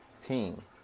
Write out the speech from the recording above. team